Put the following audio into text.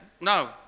no